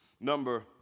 Number